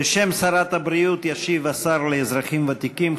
בשם שרת הבריאות ישיב השר לאזרחים ותיקים,